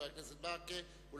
חבר הכנסת מוחמד